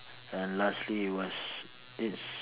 and lastly it was it's